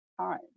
time